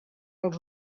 als